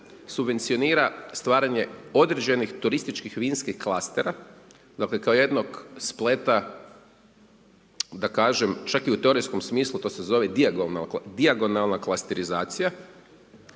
subvencionira stvaranje određenih turističkih vinskih klastera, dakle kao jednog spleta da kažem, čak i u teorijskom smislu, to se zove dijagonalna klasterizacija,